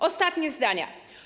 Ostatnie zdania.